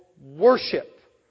worship